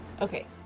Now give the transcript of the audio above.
okay